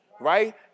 Right